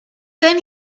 then